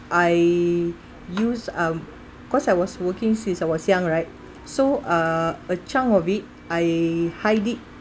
I use um cause I was working since I was young right so uh a chunk of it I hide it